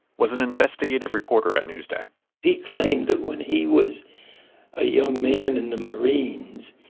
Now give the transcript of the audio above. was an investigative reporter at newsday he claimed that when he was a young man in the marines,